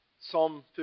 Psalm